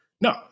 No